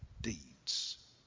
deeds